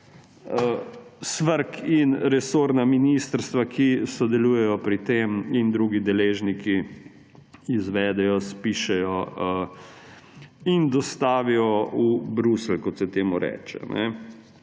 in resorna ministrstva, ki sodelujejo pri tem, in drugi deležniki izvedejo, spišejo in dostavijo v Bruselj, kot se temu reče.